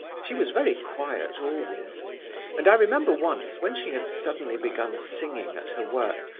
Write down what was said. she was very quiet always and i remember once, when she had suddenly begun singing at her work,